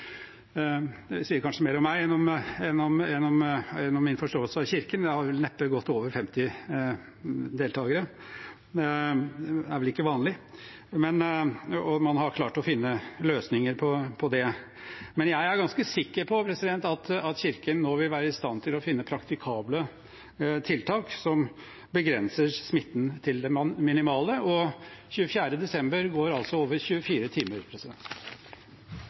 det sier kanskje mer om meg enn om min forståelse av kirken – har det neppe vært over 50 deltakere, det er vel ikke vanlig, og man har klart å finne løsninger på det. Jeg er ganske sikker på at kirken nå vil være i stand til å finne praktiske tiltak som begrenser smitten til det minimale. 24. desember går altså over 24 timer.